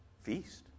feast